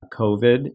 COVID